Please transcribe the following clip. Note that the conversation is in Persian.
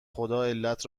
خداعلت